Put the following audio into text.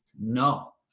no